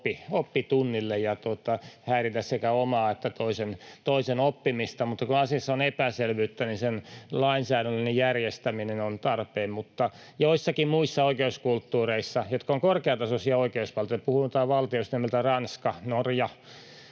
oppitunnille ja häiritä sekä omaa että toisen oppimista, mutta kun asiassa on epäselvyyttä, niin sen lainsäädännöllinen järjestäminen on tarpeen. Joissakin muissa oikeuskulttuureissa, jotka ovat korkeatasoisia oikeusvaltioita — puhutaan valtioista nimeltä Ranska tai Norja,